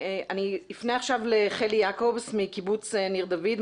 אני אפנה עכשיו לחלי יעקובס מקיבוץ ניר דוד,